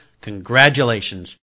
congratulations